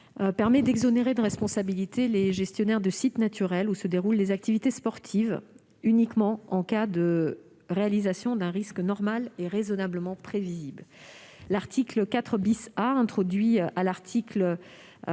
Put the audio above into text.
s'agit d'exonérer de responsabilités les gestionnaires de sites naturels où se déroulent les activités sportives, uniquement en cas de réalisation d'un risque normal et raisonnablement prévisible. L'article 4 A crée l'article L.